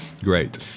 great